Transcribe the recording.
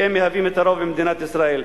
שהם הרוב במדינת ישראל.